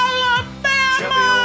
Alabama